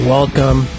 Welcome